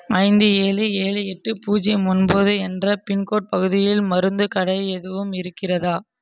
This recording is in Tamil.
ஐந்து ஏழு ஏழு எட்டு பூஜ்யம் ஒன்பது என்ற பின்கோட் பகுதியில் மருந்துக் கடை எதுவும் இருக்கிறதா